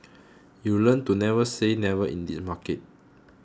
you learn to never say never in this market